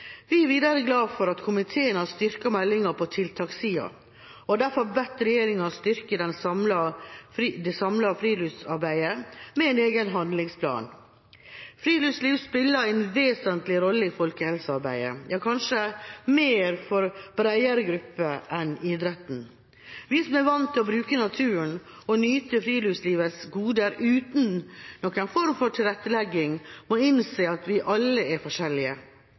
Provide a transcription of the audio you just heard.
Vi er videre glad for at komiteen har styrket meldinga på tiltakssiden, og har derfor bedt regjeringa styrke det samlede friluftsarbeidet med en egen handlingsplan. Friluftsliv spiller en vesentlig rolle i folkehelsearbeidet, ja kanskje mer for bredere grupper enn idretten. Vi som er vant til å bruke naturen og nyte friluftslivets goder uten noen form for tilrettelegging, må innse at vi alle er forskjellige.